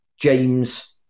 James